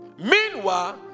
Meanwhile